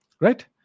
right